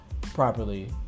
properly